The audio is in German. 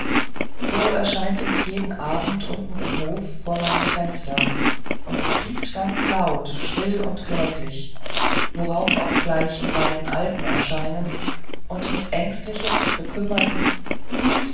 so erscheint es jeden abend unten im hof vor meinem fenster und piept ganz laut schrill und kläglich worauf auch gleich die beiden alten erscheinen und mit ängstlichem bekümmerten